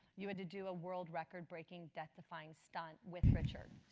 you had to do a world record breaking, death-defying stunt with richard.